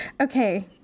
Okay